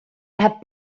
läheb